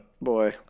Boy